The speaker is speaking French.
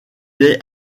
est